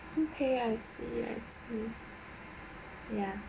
okay I see I see ya